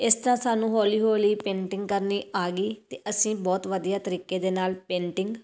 ਇਸ ਤਰ੍ਹਾਂ ਸਾਨੂੰ ਹੌਲੀ ਹੌਲੀ ਪੇਂਟਿੰਗ ਕਰਨੀ ਆ ਗਈ ਅਤੇ ਅਸੀਂ ਬਹੁਤ ਵਧੀਆ ਤਰੀਕੇ ਦੇ ਨਾਲ ਪੇਂਟਿੰਗ